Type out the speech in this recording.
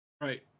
right